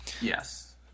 Yes